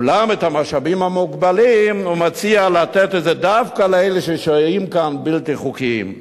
אולם את המשאבים המוגבלים הוא מציע לתת דווקא לשוהים הבלתי-חוקיים כאן.